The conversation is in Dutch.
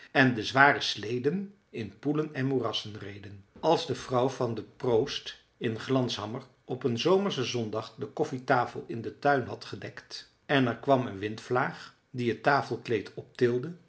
en de zware sleden in poelen en moerassen reden als de vrouw van den proost in glanshammar op een zomerschen zondag de koffietafel in den tuin had gedekt en er kwam een windvlaag die het tafelkleed optilde